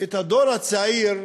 את הדור הצעיר,